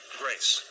grace